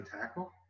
tackle